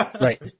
Right